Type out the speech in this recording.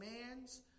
commands